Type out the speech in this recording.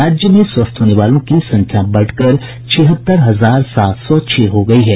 राज्य में स्वस्थ होने वालों की संख्या बढ़कर छिहत्तर हजार सात सौ छह हो गयी है